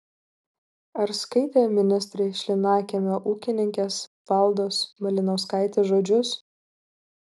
ar skaitė ministrai šlynakiemio ūkininkės valdos malinauskaitės žodžius